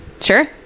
sure